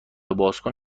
بازکن